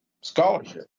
scholarship